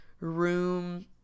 room